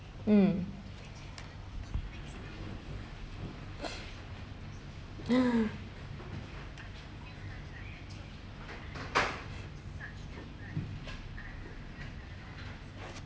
mm